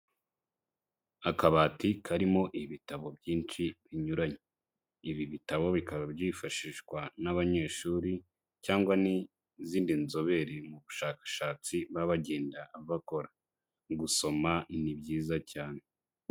Akabati karimo ibitabo byinshi binyuranye, ibi bitabo bikaba byifashishwa n'abanyeshuri cyangwa n'izindi nzobere mu bushakashatsi baba bagenda bakora, gusoma ni byiza cyane.